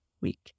week